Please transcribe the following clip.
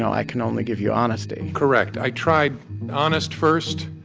i can only give you honesty correct. i tried honest first.